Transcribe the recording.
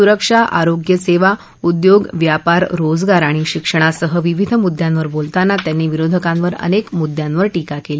सुरक्षा आरोग्य सद्ती उद्योग व्यापार रोजगार आणि शिक्षणासह विविध मुद्यांवर बोलताना त्यांनी विरोधकांवर अनक्त मुद्यांवर टीका कल्ली